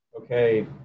okay